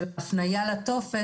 הפנייה לטופס.